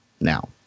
now